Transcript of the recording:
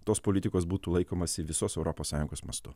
tos politikos būtų laikomasi visos europos sąjungos mastu